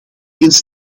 eens